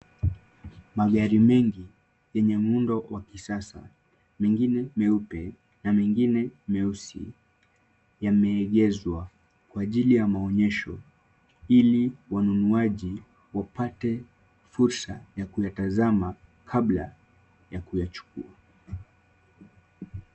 Magari mengi yenye muundo wa kisasa mengine meupe na mengine meusi yameegeshwa kwa ajili ya maonyesho ili wanunuaji wapate fursa ya kuyatazama kabla ya kuyachukua.